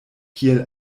kiel